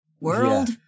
world